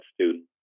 student